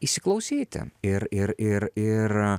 įsiklausyti ir ir ir ir